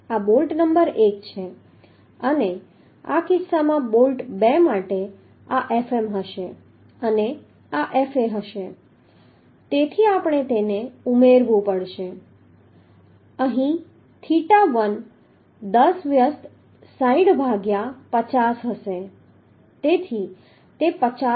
આ બોલ્ટ નંબર 1 છે અને આ કિસ્સામાં બોલ્ટ 2 માટે આ Fm હશે અને આ Fa છે તેથી આપણે તેને ઉમેરવું પડશે અહીં થીટા1 10 વ્યસ્ત 60 ભાગ્યા 50 હશે તેથી તે 50